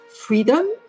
freedom